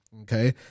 okay